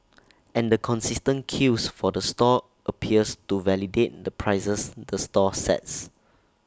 and the consistent queues for the stall appears to validate the prices the stall sets